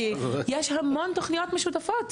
כי יש הרבה מאוד תוכניות משותפות.